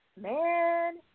Man